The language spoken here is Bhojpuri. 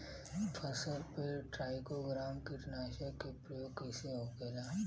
फसल पे ट्राइको ग्राम कीटनाशक के प्रयोग कइसे होखेला?